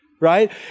right